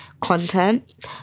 content